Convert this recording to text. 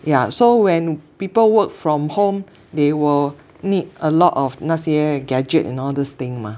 yeah so when people work from home they will need a lot of 那些 gadget and all this thing mah